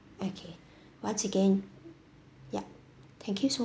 okay once again yup thank you so